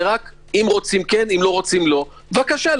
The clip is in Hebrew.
זה רק אם רוצים אז בבקשה.